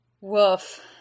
Woof